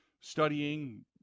studying